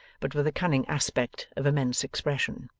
but with a cunning aspect of immense expression.